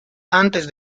antes